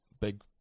big